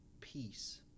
peace